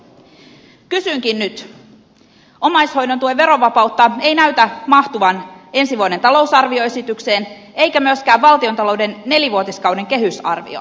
kysynkin nyt kun omaishoidon tuen verovapautta ei näytä mahtuvan ensi vuoden talousarvioesitykseen eikä myöskään valtiontalouden nelivuotiskauden kehysarvioon